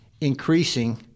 increasing